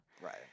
Right